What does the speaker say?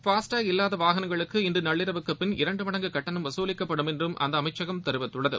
FASTag இல்லாத வாகனங்களுக்கு இன்று நள்ளிரவுக்குப்பின் இரண்டு மடங்கு கட்டணம் வசூலிக்கப்படும் என்றும் அந்த அமைச்சகம் தெரிவித்துள்ளது